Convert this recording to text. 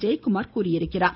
ஜெயக்குமார் தெரிவித்துள்ளார்